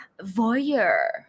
voyeur